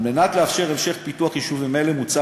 על מנת לאפשר המשך פיתוח יישובים אלה מוצע